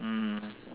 mmhmm